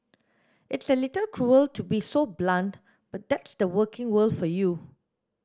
it's a little cruel to be so blunt but that's the working world for you